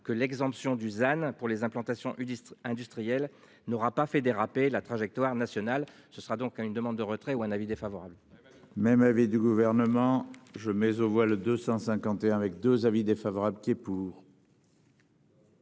que l'exemption Dusan pour les implantations une industrielle n'aura pas fait déraper la trajectoire nationale ce sera donc une demande de retrait ou un avis défavorable. Même avis du Gouvernement je mais au voit le 251 avec 2 avis défavorables est pour.